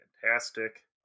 fantastic